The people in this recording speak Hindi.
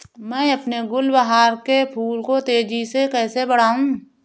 मैं अपने गुलवहार के फूल को तेजी से कैसे बढाऊं?